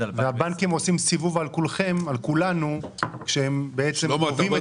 2020. והבנקים עושים סיבוב על כולנו כשהם בעצם קובעים